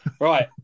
Right